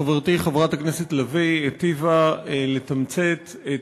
חברתי חברת הכנסת לביא היטיבה לתמצת את